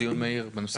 הגשתי דיון מהיר בנושא.